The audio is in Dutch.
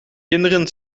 kinderen